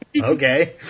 Okay